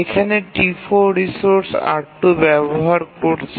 এখানে T4 resource R2 ব্যবহার করছে